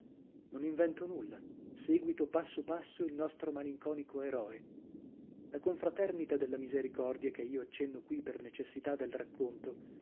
non invento nulla sèguito passo passo il nostro malinconico eroe la confraternita della misericordia che io accenno qui per necessità del racconto